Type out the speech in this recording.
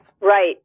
Right